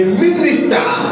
minister